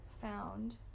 found